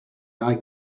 eye